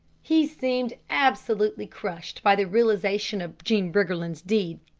he seemed absolutely crushed by the realisation of jean briggerland's deed,